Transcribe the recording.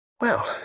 Well